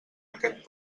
aquest